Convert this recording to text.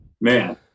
man